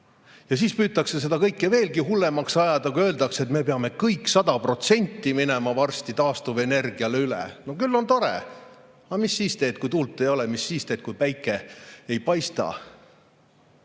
siis püütakse seda kõike veelgi hullemaks ajada, kui öeldakse, et me peame kõik sada protsenti minema varsti taastuvenergiale üle. No küll on tore! Aga mis sa siis teed, kui tuult ei ole? Mis sa siis teed, kui päike ei paista?